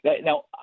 now